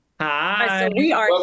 hi